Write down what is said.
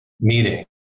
meeting